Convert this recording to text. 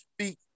speak